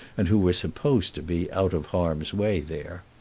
and who were supposed to be out of harm's way there.